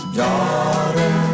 daughter